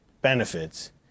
benefits